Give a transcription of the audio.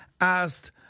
asked